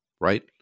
right